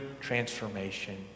transformation